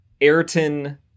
Ayrton